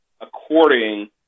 according